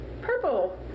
Purple